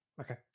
Okay